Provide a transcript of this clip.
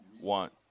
want